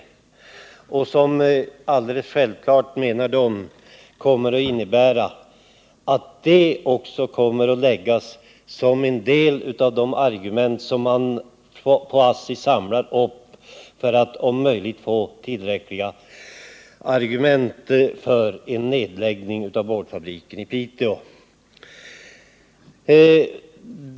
De menar att det är alldeles självklart att denna förändring kommer att läggas till de andra argument som ASSI samlar på sig för att om möjligt kunnat motivera en nedläggning av boardfabriken i Piteå.